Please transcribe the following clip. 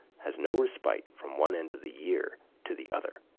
has no respite from one end of the year to the other.